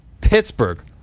Pittsburgh